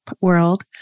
world